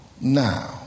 now